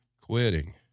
quitting